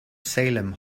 salem